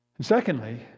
Secondly